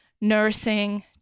nursing